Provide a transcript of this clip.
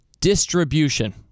distribution